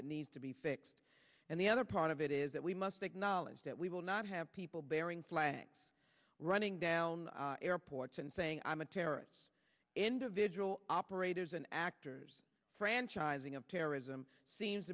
that needs to be fixed and the other part of it is that we must acknowledge that we will not have people bearing flags running down airports and saying i'm a terrorists individual operators and actors franchising of terrorism seems